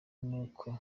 nuko